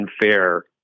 unfair